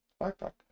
backpack